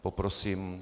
Poprosím...